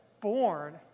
born